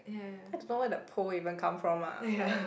I don't know where the pole even come from ah like